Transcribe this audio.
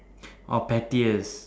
oh pettiest